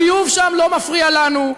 הביוב שם לא מפריע לנו,